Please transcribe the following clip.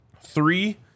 three